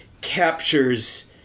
captures